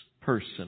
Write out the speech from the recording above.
person